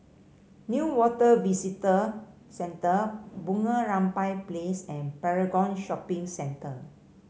Newater Visitor Centre Bunga Rampai Place and Paragon Shopping Centre